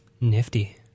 nifty